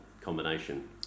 combination